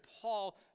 Paul